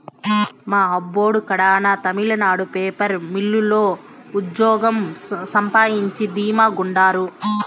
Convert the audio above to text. మా అబ్బోడు కడాన తమిళనాడు పేపర్ మిల్లు లో ఉజ్జోగం సంపాయించి ధీమా గుండారు